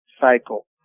cycle